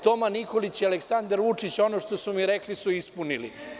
Toma Nikolić i Aleksandar Vučić ono što su mi rekli su i ispunili.